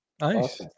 Nice